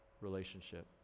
relationship